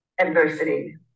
Adversity